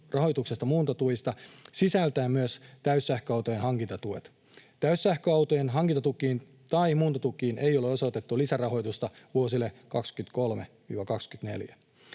rahoituksesta muuntotukiin sisältäen myös täyssähköautojen hankintatuet. Täyssähköautojen hankintatukiin tai muuntotukiin ei ole osoitettu lisärahoitusta vuosille 23—24.